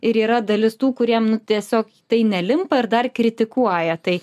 ir yra dalis tų kuriem nu tiesiog tai nelimpa ir dar kritikuoja tai